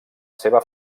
seua